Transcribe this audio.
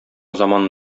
заман